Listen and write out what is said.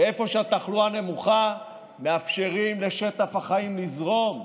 ואיפה שהתחלואה נמוכה מאפשרים לשטף החיים לזרום.